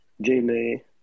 J-May